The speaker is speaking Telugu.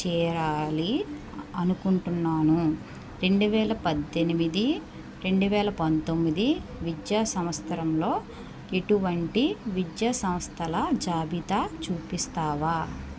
చేరాలి అనుకుంటున్నాను రెండు వేల పద్దెనిమిది రెండు వేల పంతొమ్మిది విద్యా సంవత్సరంలో ఎటువంటి విద్యా సంస్థల జాబితా చూపిస్తావా